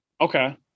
Okay